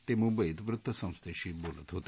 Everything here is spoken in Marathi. ते मुंबईत वृत्तसंस्थेशी बोलत होते